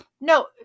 no